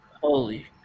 Holy